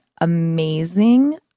amazing